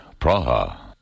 Praha